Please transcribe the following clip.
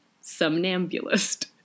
Somnambulist